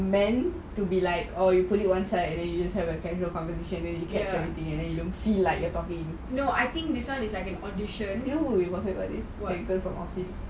then to be like oh you put it one side like a competition and then you feel like the talking